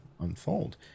unfold